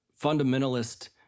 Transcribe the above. fundamentalist